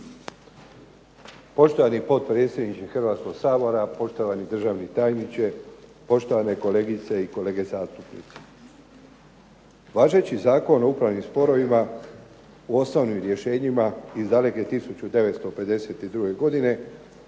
Poštovani potpredsjedniče Hrvatskoga sabora, poštovani državni tajniče, poštovane kolegice i kolege zastupnici. Važeći Zakon o upravnim sporovima u osnovnim rješenjima iz daleke 1952. godine